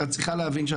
את צריכה להבין,